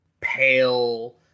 pale